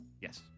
Yes